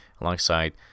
alongside